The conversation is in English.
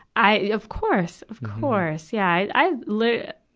i, of course! of course. yeah. i, i li,